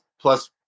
Plus